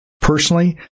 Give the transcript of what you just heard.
Personally